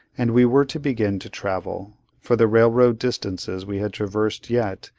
and we were to begin to travel for the railroad distances we had traversed yet,